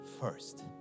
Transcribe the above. first